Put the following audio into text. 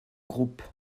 groupe